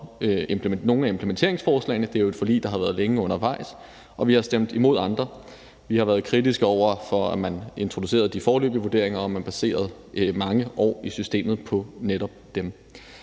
nogle af implementeringsforslagene – det er jo et forlig, der har været længe undervejs – og vi har stemt imod andre. Vi har været kritiske over for, at man introducerede de foreløbige vurderinger, og at man baserede mange år i systemet på netop dem.